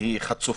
היא חצופה.